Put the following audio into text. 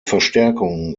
verstärkung